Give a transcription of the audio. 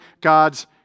God's